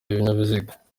ibinyabiziga